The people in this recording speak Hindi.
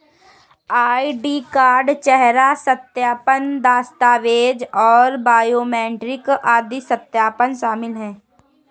आई.डी कार्ड, चेहरा सत्यापन, दस्तावेज़ और बायोमेट्रिक आदि सत्यापन शामिल हैं